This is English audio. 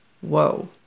Whoa